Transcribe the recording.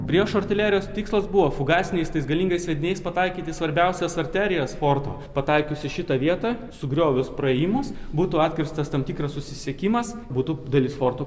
priešo artilerijos tikslas buvo fugasiniais tais galingais sviediniais pataikyti į svarbiausias arterijas forto pataikiusi į šitą vietą sugriovęs praėjimas būtų atkirstas tam tikras susisiekimas būtų dalis forto